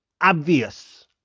obvious